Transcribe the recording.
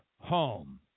home